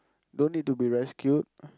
don't need to be rescued